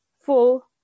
full